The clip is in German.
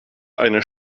eine